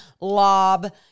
lob